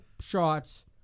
shots